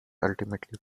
ultimately